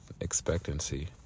expectancy